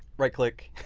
right click,